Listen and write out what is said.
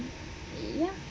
ya